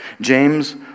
James